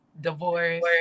Divorce